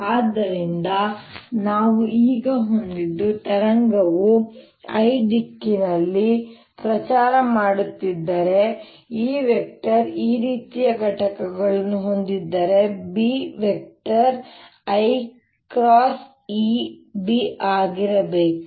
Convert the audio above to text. ಆದ್ದರಿಂದ ನಾವು ಈಗ ಹೊಂದಿದ್ದು ತರಂಗವು i ದಿಕ್ಕಿನಲ್ಲಿ ಪ್ರಚಾರ ಮಾಡುತ್ತಿದ್ದರೆ E ಈ ರೀತಿಯ ಘಟಕಗಳನ್ನು ಹೊಂದಿದ್ದರೆB0 B ಆಗಿರಬೇಕು ಅದು ಅದಕ್ಕೆ ಲಂಬವಾಗಿರಬೇಕು